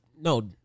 No